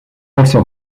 also